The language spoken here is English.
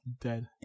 dead